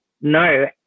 No